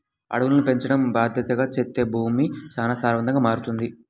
అడవులను పెంచడం బాద్దెతగా చేత్తే భూమి చానా సారవంతంగా మారతది